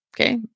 Okay